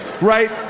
right